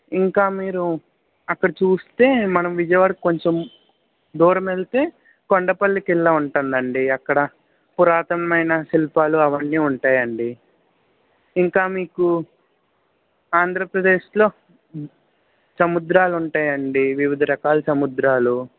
ఇంకా మీరు అక్కడ చూస్తే మనం విజయవాడకి కొంచెం దూరం వెళ్తే కొండపల్లి కిల్లా ఉంటుందండి అక్కడ పురాతనమైన శిల్పాలు అవన్నీ ఉంటాయండి ఇంకా మీకు ఆంధ్ర ప్రదేశ్లో సముద్రాలు ఉంటాయండి వివిధ రకాల సుముద్రాలు